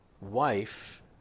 wife